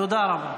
תודה רבה.